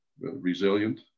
Resilient